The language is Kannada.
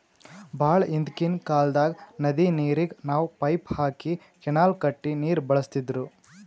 ಭಾಳ್ ಹಿಂದ್ಕಿನ್ ಕಾಲ್ದಾಗ್ ನದಿ ನೀರಿಗ್ ನಾವ್ ಪೈಪ್ ಹಾಕಿ ಕೆನಾಲ್ ಕಟ್ಟಿ ನೀರ್ ಬಳಸ್ತಿದ್ರು